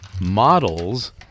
models